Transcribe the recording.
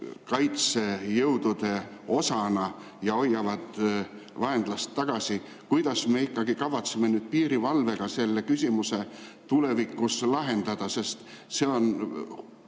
kaitsejõudude osana ja hoiavad vaenlast tagasi, me ikkagi kavatseme piirivalvega selle küsimuse tulevikus lahendada. See on